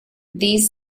these